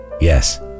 Yes